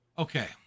Okay